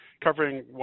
covering